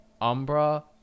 Umbra